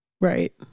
Right